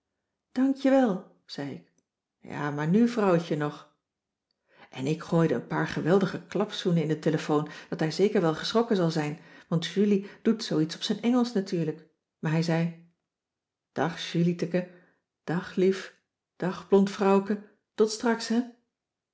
dank je wel zei ik ja maar nu vrouwtje nog en ik gooide een paar geweldige klapzoenen in de telefoon dat hij zeker wel geschrokken zal zijn want julie doet zoo iets op z'n engelsch natuurlijk maar hij zei dag julietteke dag lief dag blond vrouwke tot straks hè